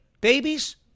babies